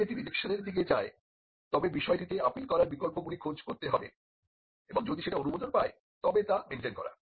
যদি এটি রিজেকশনের দিকে যায় তবে বিষয়টিতে আপিল করার বিকল্পগুলি খোঁজ করতে হবে এবং যদি সেটা অনুমোদন পায় তবে তা মেনটেন করা